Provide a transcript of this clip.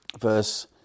verse